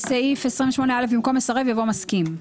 הסתייגות מספר 31. בסעיף 28א במקום "יסרב" יבוא "מסכים".